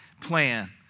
plan